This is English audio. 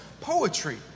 poetry